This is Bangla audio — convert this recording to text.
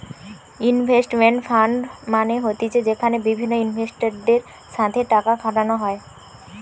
ইনভেস্টমেন্ট ফান্ড মানে হতিছে যেখানে বিভিন্ন ইনভেস্টরদের সাথে টাকা খাটানো হয়